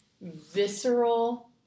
visceral